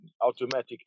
automatic